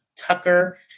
Tucker